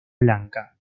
blanca